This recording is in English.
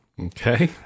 Okay